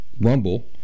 Rumble